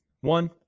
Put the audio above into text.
One